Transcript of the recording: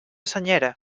senyera